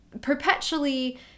perpetually